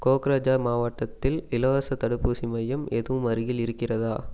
கோக்ரஜார் மாவட்டத்தில் இலவசத் தடுப்பூசி மையம் எதுவும் அருகில் இருக்கிறதா